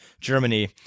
Germany